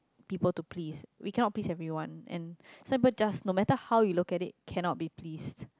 people to please we cannot please everyone and some people just no matter how you look at it cannot be please